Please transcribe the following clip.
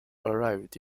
arrived